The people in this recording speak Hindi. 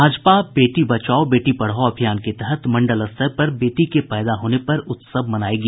भाजपा बेटी बचाओ बेटी पढ़ाओ अभियान के तहत मंडल स्तर पर बेटी के पैदा होने पर उत्सव मनायेगी